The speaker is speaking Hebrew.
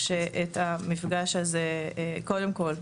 קודם כל,